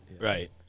Right